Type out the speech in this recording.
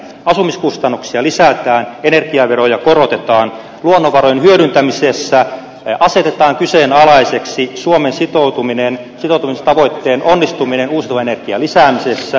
asumiskustannuksia lisätään energiaveroja korotetaan luonnonvarojen hyödyntämisessä asetetaan kyseenalaiseksi suomen sitoutumistavoitteen onnistuminen uusiutuvan energian lisäämisessä